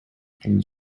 and